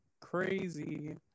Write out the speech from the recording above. crazy